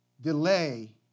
delay